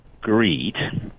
greed